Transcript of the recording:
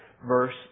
Verse